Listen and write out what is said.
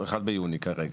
ביוני כרגע,